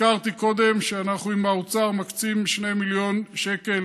הזכרתי קודם שאנחנו, עם האוצר, מקצים 2 מיליון שקל